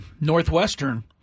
Northwestern